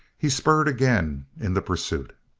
he spurred again in the pursuit.